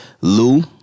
Lou